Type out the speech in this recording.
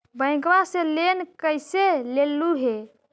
बैंकवा से लेन कैसे लेलहू हे?